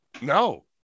No